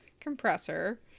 compressor